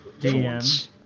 DM